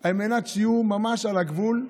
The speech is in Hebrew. על מנת שיהיו ממש על הגבול.